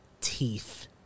teeth